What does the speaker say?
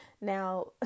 Now